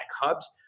hubs